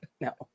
no